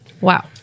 Wow